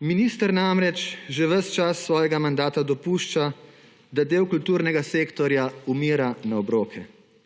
Minister namreč že ves čas svojega mandata dopušča, da del kulturnega sektorja umira na obroke.